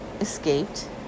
Escaped